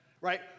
right